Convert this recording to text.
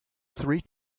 three